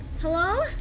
Hello